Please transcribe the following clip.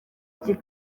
iki